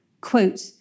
Quote